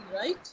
right